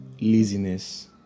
laziness